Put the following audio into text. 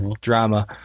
drama